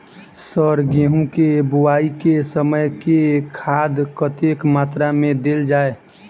Sir गेंहूँ केँ बोवाई केँ समय केँ खाद कतेक मात्रा मे देल जाएँ?